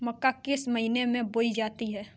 मक्का किस महीने में बोई जाती है?